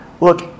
Look